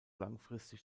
langfristig